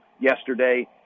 yesterday